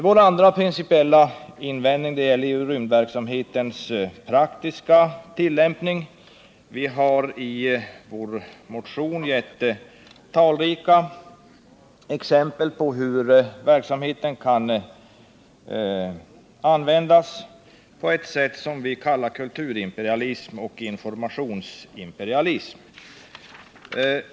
Vår andra principiella invändning gäller rymdverksamhetens praktiska tillämpning. Vi har i vår motion givit talrika exempel på hur verksamheten kan användas på ett sätt som vi kallar kulturimperialism och informationsimperialism.